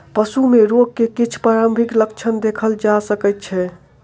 पशु में रोग के किछ प्रारंभिक लक्षण देखल जा सकै छै